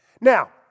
Now